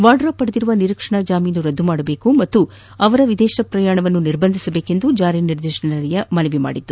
ವಾದ್ರಾ ಪಡೆದಿರುವ ನಿರೀಕ್ಷಣಾ ಜಾಮೀನು ರದ್ದು ಮಾಡಬೇಕು ಹಾಗೂ ವಿದೇಶ ಪ್ರಯಾಣವನ್ನು ನಿರ್ಬಂಧಿಸಬೇಕೆಂದು ಜಾರಿನಿರ್ದೇಶನಾಲಯ ಕೋರಿತ್ತು